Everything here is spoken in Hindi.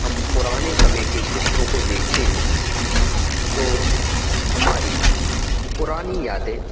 हम पुराने समय के चित्रों को देखते हैं तो हमारी पुरानी यादें